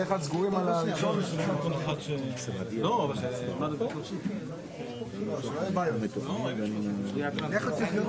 אני מציעה ככה, איחוד הצלה ומד"א